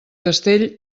castell